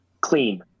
clean